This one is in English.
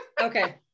Okay